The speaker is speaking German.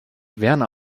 werner